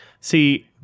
See